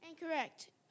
Incorrect